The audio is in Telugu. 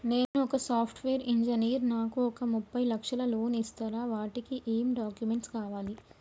నేను ఒక సాఫ్ట్ వేరు ఇంజనీర్ నాకు ఒక ముప్పై లక్షల లోన్ ఇస్తరా? వాటికి ఏం డాక్యుమెంట్స్ కావాలి?